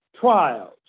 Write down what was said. trials